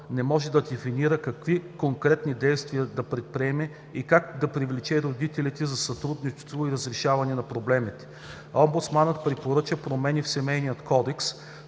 не може да дефинира какви конкретни действия да предприеме и как да привлече родителите за сътрудничество и разрешаване на проблемите. Омбудсманът препоръчва промени в Семейния кодекс